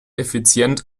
effizient